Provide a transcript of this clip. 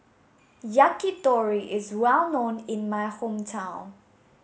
yakitori is well known in my hometown